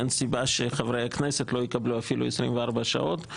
אין סיבה שחברי הכנסת לא יקבלו אפילו 24 שעות.